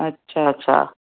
अच्छा अच्छा